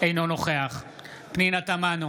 אינו נוכח פנינה תמנו,